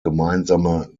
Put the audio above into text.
gemeinsame